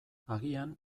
agian